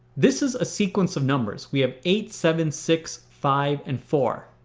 this is a sequence of numbers. we have eight, seven, six, five, and four.